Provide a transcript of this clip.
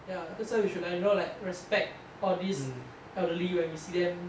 ya that's why we should like you know like respect all these elderly when we see them